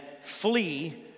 flee